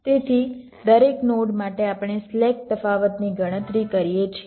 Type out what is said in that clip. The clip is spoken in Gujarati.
તેથી દરેક નોડ માટે આપણે સ્લેક તફાવતની ગણતરી કરીએ છીએ